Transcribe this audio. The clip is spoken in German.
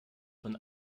von